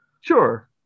Sure